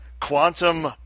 Quantum